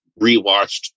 rewatched